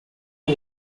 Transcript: was